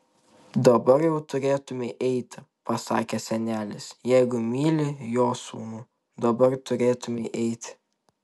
dabar jau turėtumei eiti pasakė senelis jeigu myli jo sūnų dabar turėtumei eiti